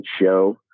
show